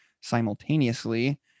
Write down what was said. simultaneously